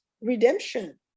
redemption